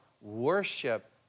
worship